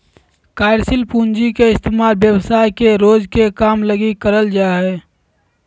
कार्यशील पूँजी के इस्तेमाल व्यवसाय के रोज के काम लगी करल जा हय